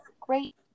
great